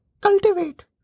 cultivate